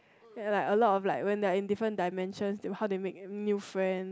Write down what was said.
ya a lot of like when their in different dimensions how they make new friend